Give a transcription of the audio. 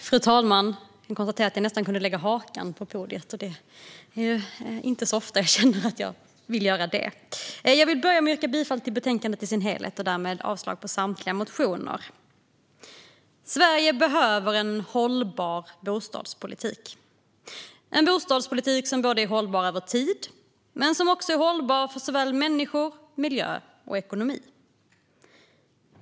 Fru talman! Jag vill börja med att yrka bifall till utskottets förslag i dess helhet och därmed avslag på samtliga motioner. Sverige behöver en hållbar bostadspolitik - en bostadspolitik som är hållbar inte bara över tid utan även för såväl människor och miljö som ekonomi.